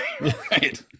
right